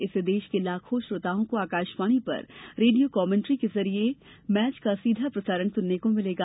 इससे देश के लाखों श्रोताओं को आकाशवाणी पर रेडियो कमेंट्री के जरिये मैच का सीधा प्रसारण सुनने को मिलेगा